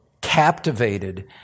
captivated